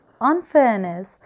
unfairness